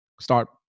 start